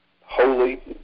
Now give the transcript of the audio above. holy